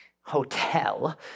hotel